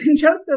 Joseph